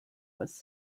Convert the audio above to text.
was